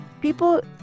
people